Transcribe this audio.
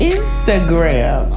Instagram